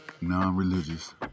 Non-religious